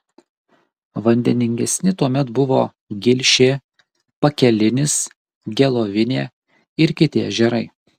vandeningesni tuomet buvo gilšė pakelinis gelovinė ir kiti ežerai